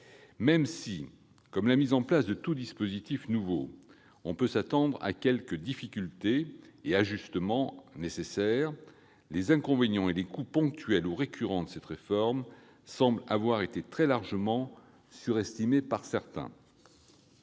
comme avec la mise en place de tout dispositif nouveau, à quelques difficultés et ajustements, les inconvénients et les coûts ponctuels ou récurrents de cette réforme semblent avoir été très largement surestimés par certains.